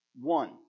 one